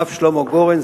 הרב שלמה גורן,